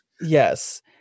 Yes